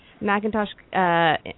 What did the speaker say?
Macintosh